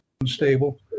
unstable